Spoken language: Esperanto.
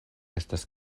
estas